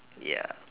ya